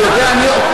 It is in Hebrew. אני יודע?